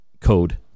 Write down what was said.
code